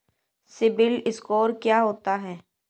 CIBIL score क्या होता है?